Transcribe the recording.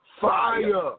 Fire